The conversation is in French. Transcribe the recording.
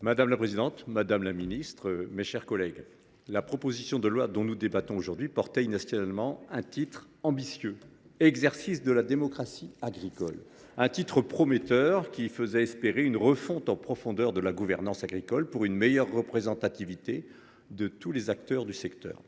Madame la présidente, madame la ministre, mes chers collègues, la proposition de loi dont nous débattons aujourd’hui portait initialement un titre ambitieux :« Exercice de la démocratie agricole ». Ce titre prometteur laissait espérer une refonte en profondeur de la gouvernance agricole pour une meilleure représentativité de tous les acteurs du secteur.